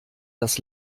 das